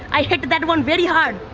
i hit that one very hard.